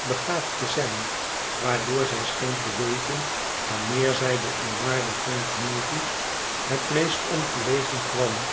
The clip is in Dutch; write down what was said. begaafd te zijn waardoor zij scheen te weten wanneer zij den eerwaarden frank milvey het meest ongelegen kwam